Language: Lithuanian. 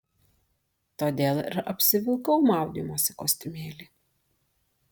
todėl ir apsivilkau maudymosi kostiumėlį